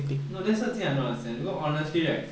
you know that's the thing I don't understand because honestly right